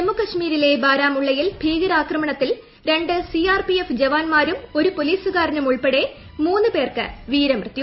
ജമ്മു കാശ്മീലെ ബാരാമുള്ളയിൽ ഭീകരാക്രമണത്തിൽ രണ്ട് സി ആർ പി എഫ് ജവാൻമാർക്കും ഒരു പോലീസുകാരനും ഉൾപ്പെട െ പേർക്ക് വീരമൃത്യു